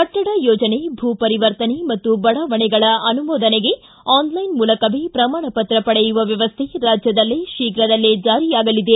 ಕಟ್ಟಡ ಯೋಜನೆ ಭೂ ಪರಿವರ್ತನೆ ಮತ್ತು ಬಡಾವಣೆಗಳ ಅನುಮೋದನೆಗೆ ಆನ್ಲೈನ್ ಮೂಲಕವೇ ಪ್ರಮಾಣಪತ್ರ ಪಡೆಯುವ ವ್ಯವಸ್ಥೆ ರಾಜ್ಯದಲ್ಲಿ ಶೀಘ್ರದಲ್ಲೇ ಜಾರಿ ಆಗಲಿದೆ